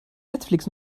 netflix